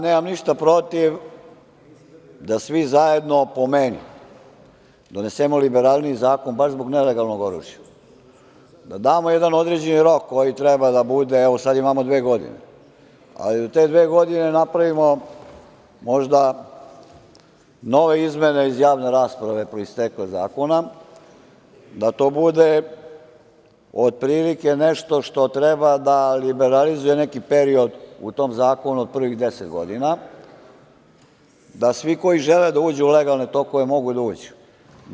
Nemam ništa protiv da svi zajedno po meni, donesemo liberalniji zakon baš zbog nelegalnog oružja, da damo jedan određeni rok koji treba da bude, evo sada imamo dve godine, ali u te dve godine da napravimo možda nove izmene iz javne rasprave po isteku zakona, da to bude otprilike nešto što treba da liberalizuje neki period u tom zakonu od prvih 10 godina, da svi koji žele da uđu u legalne tokove mogu da uđu.